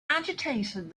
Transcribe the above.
agitated